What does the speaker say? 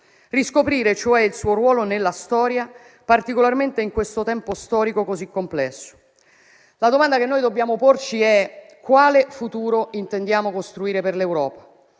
riscoprire cioè il suo ruolo nella storia, particolarmente in questo tempo storico così complesso. La domanda che dobbiamo porci è quale futuro intendiamo costruire per l'Europa.